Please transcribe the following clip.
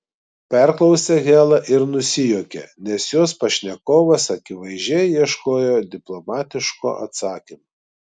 perklausė hela ir nusijuokė nes jos pašnekovas akivaizdžiai ieškojo diplomatiško atsakymo